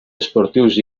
esportius